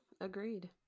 agreed